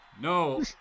No